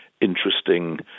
interesting